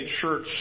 church